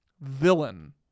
villain